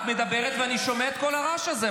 את מדברת ואני שומע את כל הרעש הזה.